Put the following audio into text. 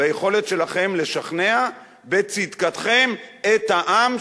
ביכולת שלכם לשכנע בצדקתכם את העם,